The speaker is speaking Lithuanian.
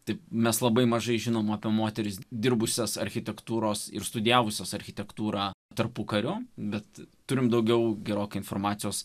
taip mes labai mažai žinomos moterys dirbusios architektūros ir studijavusios architektūrą tarpukariu bet turime daugiau gerokai informacijos